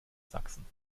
sachsen